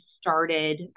started